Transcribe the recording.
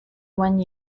one